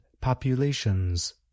populations